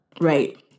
right